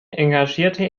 engagierte